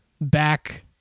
back